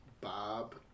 Bob